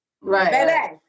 Right